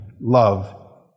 love